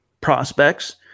prospects